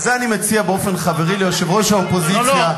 ואת זה אני מציע באופן חברי ליושב-ראש האופוזיציה,